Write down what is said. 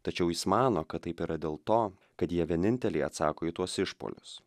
tačiau jis mano kad taip yra dėl to kad jie vieninteliai atsako į tuos išpuolius